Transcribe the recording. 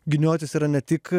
giniotis yra ne tik